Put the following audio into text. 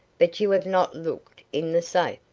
but you have not looked in the safe,